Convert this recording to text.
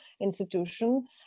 institution